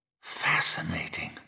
Fascinating